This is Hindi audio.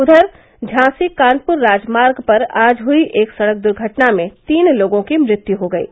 उधर झांसी कानपुर राजमार्ग पर आज हुयी एक सड़क दुर्घटना में तीन लोगों की मृत्यु हो गयी